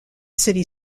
city